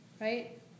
Right